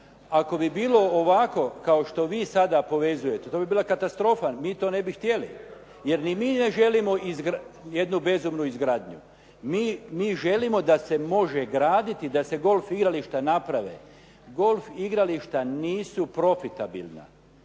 Ako bi bilo ovako kao što vi sada povezujete to bi bila katastrofa. Mi to ne bi htjeli jer ni mi ne želimo jednu bezumnu izgradnju. Mi želimo da se može graditi, da se golf igrališta naprave. Golf igrališta nisu profitabilna